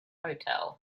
hotel